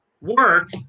work